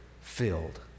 filled